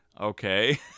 okay